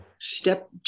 step